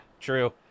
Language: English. true